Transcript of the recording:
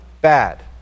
bad